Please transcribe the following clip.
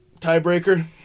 Tiebreaker